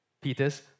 Peter's